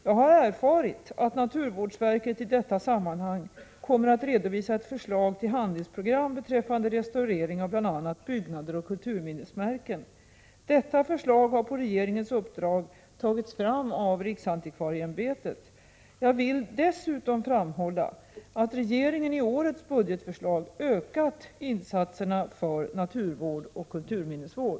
Jag har erfarit att naturvårdsverket i detta sammanhang kommer att redovisa ett förslag till handlingsprogram beträffande restaurering av bl.a. byggnader och kulturminnesmärken. Detta förslag har på regeringens uppdrag tagits fram av riksantikvarieämbetet. Jag vill dessutom framhålla att regeringen i årets budgetförslag ökat insatserna för naturvård och kulturminnesvård.